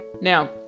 Now